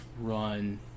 run